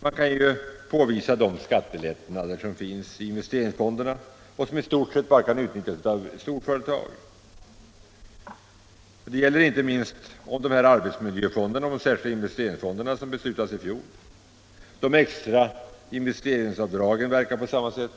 Jag kan påvisa att skattelättnaden som finns i investeringsfonderna i stort sett bara kan utnyttjas av storföretag. Det gäller inte minst arbetsmiljöfonderna och de särskilda investeringsfonder som beslutades i fjol. De extra investeringsavdragen verkar på samma sätt.